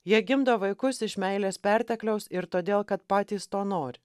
jie gimdo vaikus iš meilės pertekliaus ir todėl kad patys to nori